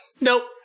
Nope